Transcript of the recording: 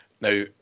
Now